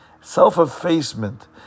self-effacement